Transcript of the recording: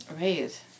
Right